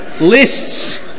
Lists